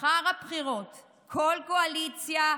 שלאחר הבחירות כל קואליציה,